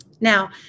Now